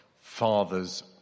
father's